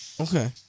Okay